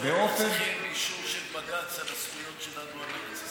לא צריכים אישור של בג"ץ לזכויות שלנו על ארץ ישראל.